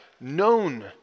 known